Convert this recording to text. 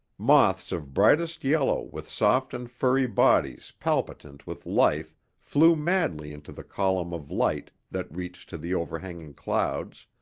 moths of brightest yellow with soft and furry bodies palpitant with life flew madly into the column of light that reached to the overhanging clouds,